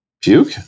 Puke